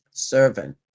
servant